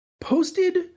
posted